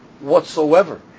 whatsoever